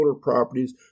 properties